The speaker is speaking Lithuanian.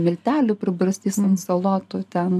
miltelių pribarstys ant salotų ten